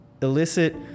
elicit